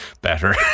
better